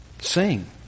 Sing